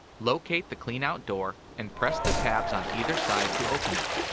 locate the cleanout door and press the tabs on either side to open it.